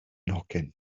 nhocyn